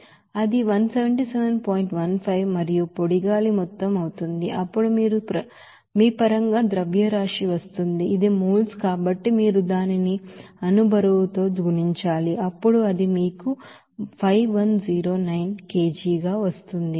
15 మరియు పొడి గాలి మొత్తం అవుతుంది అప్పుడు మీ పరంగా మాస్ వస్తుంది ఇది మోల్స్ కాబట్టి మీరు దానిని మోలెకులర్ వెయిట్ తో గుణించాలి అప్పుడు అది మీరు 5109kg వస్తుంది